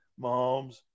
Mahomes